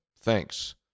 Thanks